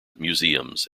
museums